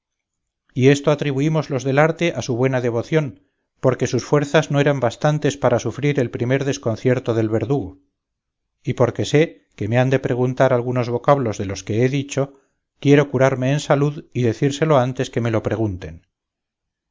y esto atribuimos los del arte a su buena devoción porque sus fuerzas no eran bastantes para sufrir el primer desconcierto del verdugo y porque sé que me han de preguntar algunos vocablos de los que he dicho quiero curarme en salud y decírselo antes que me lo pregunten